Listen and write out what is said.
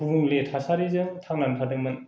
गुबुंले थासारिजों थांनानै थादोंमोन